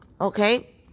okay